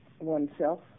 oneself